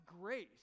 grace